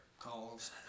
calls